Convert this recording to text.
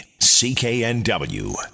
CKNW